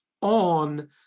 on